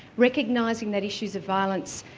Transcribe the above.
recognising that issues of violence,